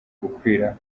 kwigira